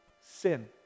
sin